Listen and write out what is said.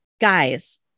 guys